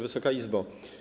Wysoka Izbo!